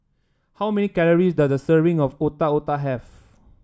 how many calories does a serving of Otak Otak have